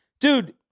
dude